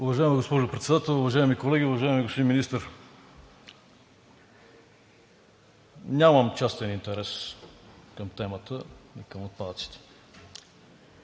Уважаема госпожо Председател, уважаеми колеги! Уважаеми господин Министър, нямам частен интерес към темата и към отпадъците.